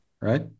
Right